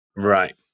Right